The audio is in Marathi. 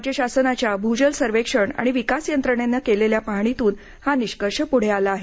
राज्य शासनाच्या भूजल सर्वेक्षण आणि विकास यंत्रणेनं केलेल्या पाहणीतून हा निष्कर्ष प्ढे आला आहे